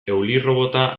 eulirrobota